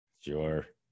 Sure